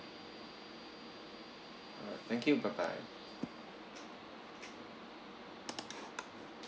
alright thank you bye bye